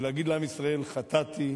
ולהגיד לעם ישראל: חטאתי,